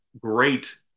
great